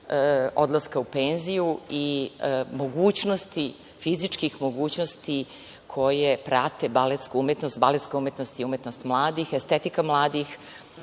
odlaska u penziju i mogućnosti, fizičkih mogućnosti koje prate baletsku umetnost. Baletska umetnost je umetnost mladih, estetika mladih